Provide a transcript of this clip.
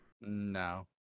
No